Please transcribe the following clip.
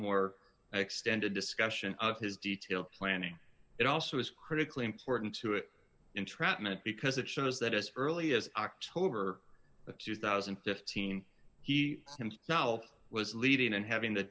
more extended discussion of his detailed planning it also is critically important to it entrapment because it shows that as early as october of two thousand and fifteen he himself was leading and having the